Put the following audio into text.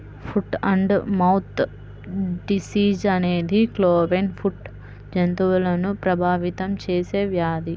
foot and mouth disease అనేది cloven foot జంతువులను ప్రభావితం చేసే వ్యాధి